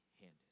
handed